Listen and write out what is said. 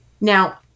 Now